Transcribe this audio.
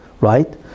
right